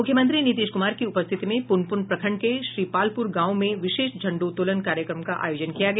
मुख्यमंत्री नीतीश कुमार की उपस्थिति में पुनपुन प्रखंड के श्रीपालप्र गांव में विशेष झंडातोलन कार्यक्रम का आयोजन किया गया